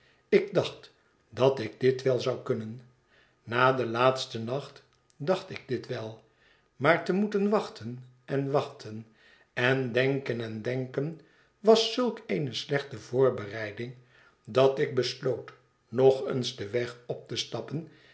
ik dacht dat ik dit wel zou kunnen na den laatsten nacht dacht ik dit wel maar te moeten wachten en wachten en denken en denken was zulk eene slechte voorbereiding dat ik besloot nog eens den weg op te stappen